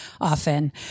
often